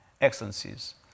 Excellencies